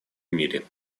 мире